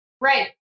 Right